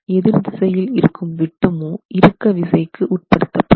எதிர் திசையில் இருக்கும் விட்டமோ இறுக்க விசைக்கு உட்படுத்தப்படும்